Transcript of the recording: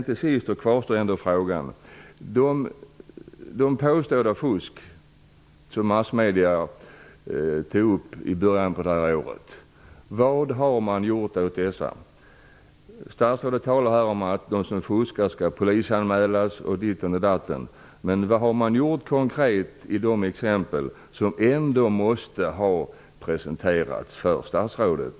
Till sist kvarstår ändå frågan: Vad har man gjort åt det påstådda fusk som redovisades i massmedia i början av året? Statsrådet talar om att de som fuskar skall polisanmälas och ditten och datten, men vad har man gjort konkret i de fall som ändå måste ha presenterats för statsrådet?